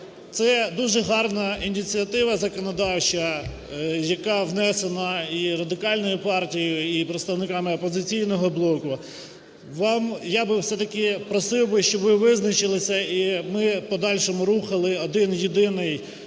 Це дуже гарна ініціатива законодавча, яка внесена і Радикальною партією, і представниками "Опозиційного блоку". Вам… Я би все-таки просив би, щоби ви визначилися і ми в подальшому рухали один єдиний